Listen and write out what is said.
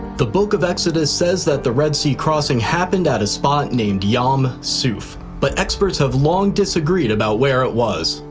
the book of exodus says that the red sea crossing happened at a spot named yam suph. but experts have long disagreed about where it was.